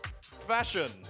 Fashion